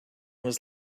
was